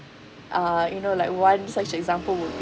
uh you know like one such example would